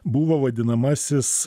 buvo vadinamasis